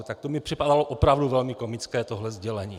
Tak to mi připadalo opravdu velmi komické, tohle sdělení.